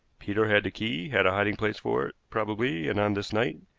peter had the key, had a hiding-place for it, probably and on this night,